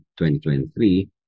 2023